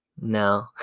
No